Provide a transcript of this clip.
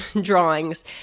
drawings